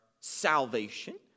salvation